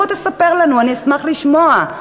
בוא תספר לנו, אני אשמח לשמוע.